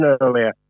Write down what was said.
earlier